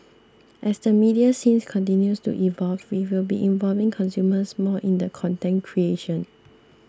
as the media scenes continues to evolve we will be involving consumers more in the content creation